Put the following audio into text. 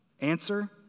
Answer